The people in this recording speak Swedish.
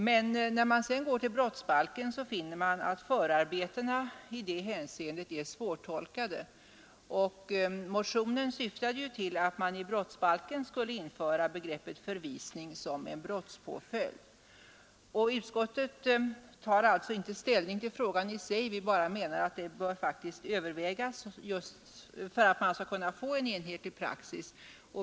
Men då man går till brottsbalken finner man att förarbetena i det hänseendet är svårtolkade, och motionen syftade ju till att begreppet förvisning skulle införas i brottsbalken som en brottspåföljd. Utskottet tar alltså inte ställning till frågan i sig. Vi menar bara att saken faktiskt bör övervägas just för att man skall kunna få en enhetlig praxis.